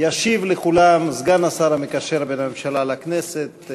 ישיב לכולם סגן השר המקשר בין הממשלה לכנסת,